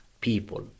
people